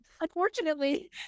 Unfortunately